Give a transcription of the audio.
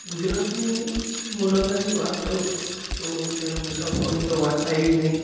ગુજરાતની મુલાકાતની વાત કરું તો ત્યાંના મુસાફરો ની તો વાત થાય એવી જ નહીં